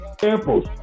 samples